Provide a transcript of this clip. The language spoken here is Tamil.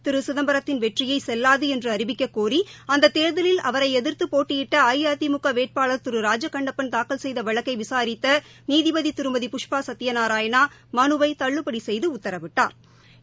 திரு சிதம்பரத்தின் வெற்றியை செல்லாது என்று அறிவிக்கக்கோரி அந்த தேர்தலில் அவரை எதிர்த்து போட்டியிட்ட அஇஅதிமுக வேட்பாளர் திரு ராஜகண்ணப்பன் தாக்கல் செய்த வழக்கை விசாரித்த நீதிபதி திருமதி புஷ்பா சத்ய நாராயணா மனுவை தள்ளுபடி செய்து உத்தரவிட்டாா்